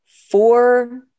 four